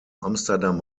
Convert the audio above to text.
amsterdam